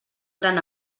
gran